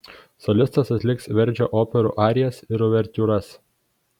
solistas atliks verdžio operų arijas ir uvertiūras